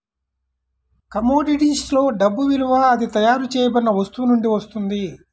కమోడిటీస్లో డబ్బు విలువ అది తయారు చేయబడిన వస్తువు నుండి వస్తుంది